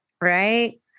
Right